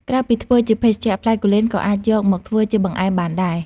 ក្រៅពីធ្វើជាភេសជ្ជៈ ផ្លែគូលែនក៏អាចយកមកធ្វើជាបង្អែមបានដែរ។